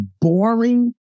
boring